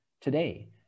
today